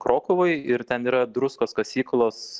krokuvoj ir ten yra druskos kasyklos